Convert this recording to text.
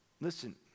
Listen